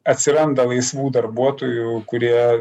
atsiranda laisvų darbuotojų kurie